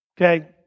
Okay